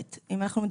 אני לא